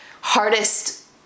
hardest